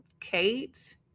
Kate